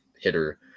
hitter